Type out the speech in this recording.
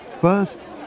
First